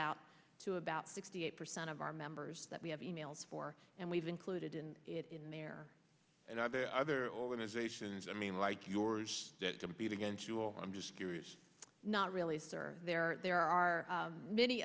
out to about sixty eight percent of our members that we have e mails for and we've included in it in there and are there other organizations i mean like yours that compete against you i'm just curious not released are there there are many